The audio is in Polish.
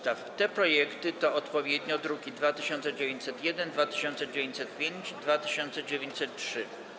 Te projekty to odpowiednio druki nr 2901, 2905 i 2903.